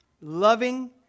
loving